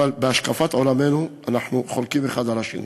בהשקפת עולמנו אנחנו חולקים האחד על השני,